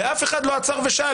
ואף אחד לא עצר ושאל,